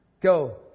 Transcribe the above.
Go